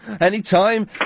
Anytime